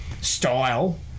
style